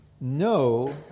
No